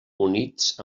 units